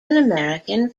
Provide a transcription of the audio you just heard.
american